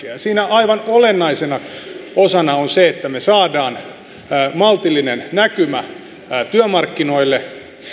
kasvustrategiaa ja siinä aivan olennaisena osana on se että saadaan maltillinen näkymä työmarkkinoille